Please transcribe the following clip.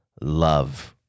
love